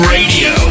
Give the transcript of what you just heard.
Radio